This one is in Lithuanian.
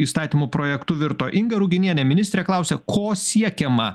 įstatymų projektu virto inga ruginienė ministrė klausia ko siekiama